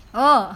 orh